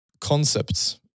Concepts